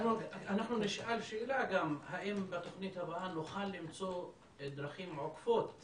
אנחנו נשאל שאלה אם בתוכנית הבאה נוכל למצוא דרכים עוקפות